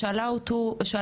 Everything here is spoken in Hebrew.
הוא אבא לילד בן תשע,